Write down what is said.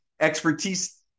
expertise